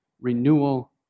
renewal